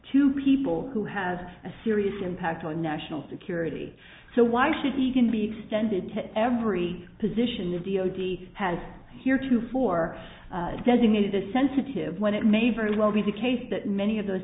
to people who have a serious impact on national security so why should he can be extended to every position of d o d has here too for designated a sensitive when it may very well be the case that many of those